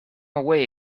away